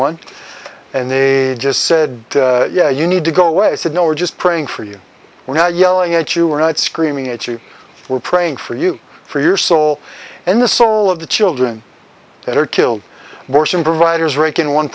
one and they just said yeah you need to go away said no we're just praying for you we're not yelling at you we're not screaming at you we're praying for you for your soul and the soul of the children that are killed morson providers rake